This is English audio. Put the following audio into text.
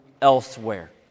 elsewhere